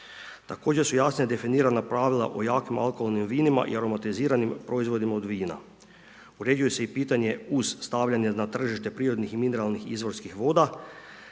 Također su jasno definirana pravila o jakim alkoholnim vinima i aromatiziranim proizvodima od vina. Uređuje se pitanje uz stavljanje na tržište, prirodnih i mineralnih izvorskih voda,